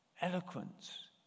eloquence